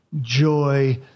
joy